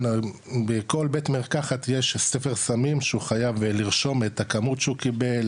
בכל בית מרקחת יש ספר סמים שהוא חייב לרשום את הכמות שהוא קיבל,